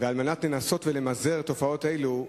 ועל מנת לנסות למזער תופעות אלו,